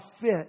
fit